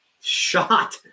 Shot